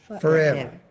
Forever